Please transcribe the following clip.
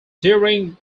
during